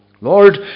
Lord